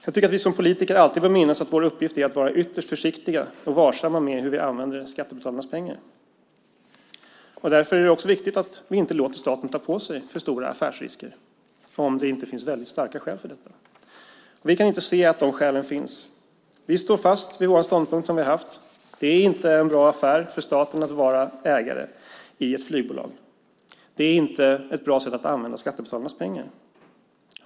Jag tycker att vi som politiker alltid bör minnas att vår uppgift är att vara ytterst försiktiga och varsamma med hur vi använder skattebetalarnas pengar. Därför är det också viktigt att vi inte låter staten ta på sig för stora affärsrisker om det inte finns väldigt starka skäl för detta. Vi kan inte se att de skälen finns. Vi står fast vid den ståndpunkt som vi har haft. Det är inte en bra affär för staten att vara ägare i ett flygbolag. Det är inte ett bra sätt att använda skattebetalarnas pengar.